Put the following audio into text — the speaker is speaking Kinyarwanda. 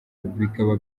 bikaba